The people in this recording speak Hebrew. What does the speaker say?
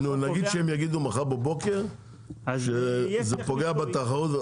נו , נגיד שהם יגידו מחר בבוקר שזה פוגע בתחרות.